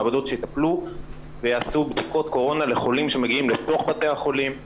מעבדות שיטפלו ויעשו בדיקות קורונה לחולים שמגיעים לתוך בתי החולים.